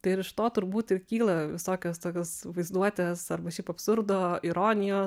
tai ir iš to turbūt ir kyla visokios tokios vaizduotės arba šiaip absurdo ironijos